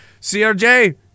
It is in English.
CRJ